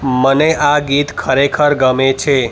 મને આ ગીત ખરેખર ગમે છે